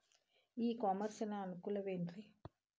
E commerce ನ ಅನುಕೂಲವೇನ್ರೇ?